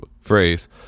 phrase